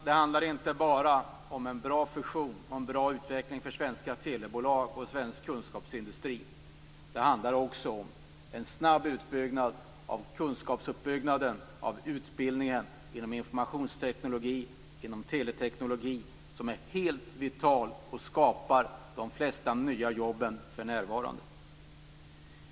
Det handlar inte bara om en bra fusion och en bra utveckling för svenska telebolag och svensk kunskapsindustri utan också om en snabb utökning av kunskapsuppbyggnaden, av utbildningen inom informationsteknik, inom teleteknik, som är helt vital och som skapar de flesta nya jobben för närvarande.